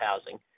housing